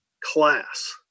class